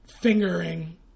fingering